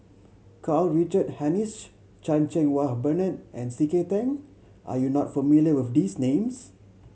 Karl Richard Hanitsch Chan Cheng Wah Bernard and C K Tang are you not familiar with these names